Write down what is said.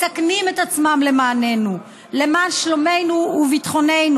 מסכנים את עצמם למעננו, למען שלומנו וביטחוננו.